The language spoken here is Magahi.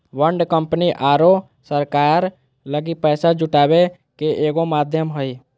बॉन्ड कंपनी आरो सरकार लगी पैसा जुटावे के एगो माध्यम हइ